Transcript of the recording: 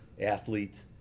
athlete